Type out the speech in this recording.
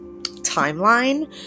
timeline